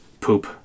poop